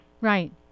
Right